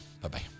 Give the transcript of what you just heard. Bye-bye